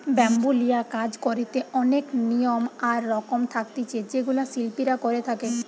bamboo লিয়া কাজ করিতে অনেক নিয়ম আর রকম থাকতিছে যেগুলা শিল্পীরা করে থাকে